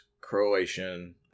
Croatian